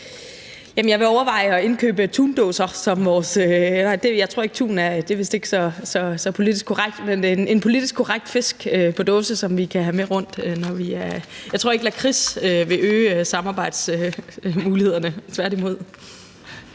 Jeg vil overveje at indkøbe dåser med tun. Det er vist ikke så politisk korrekt med tun, men så en politisk korrekt fisk på dåse, som vi kan have med rundt. Jeg tror ikke, lakrids vil øge samarbejdsmulighederne,